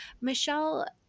Michelle